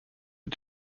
are